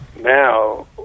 now